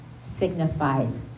signifies